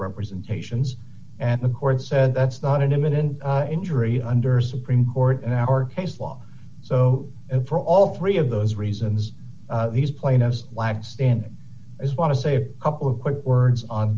representations and the court said that's not an imminent injury under supreme court in our case law so for all three of those reasons these plaintiffs lack standing as want to say a couple of quick words on